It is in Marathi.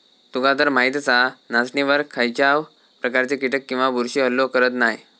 तुकातर माहीतच हा, नाचणीवर खायच्याव प्रकारचे कीटक किंवा बुरशी हल्लो करत नाय